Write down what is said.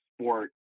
sport